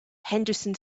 henderson